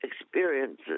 experiences